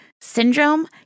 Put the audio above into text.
syndrome